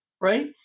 right